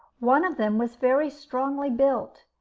one of them was very strongly built,